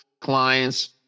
clients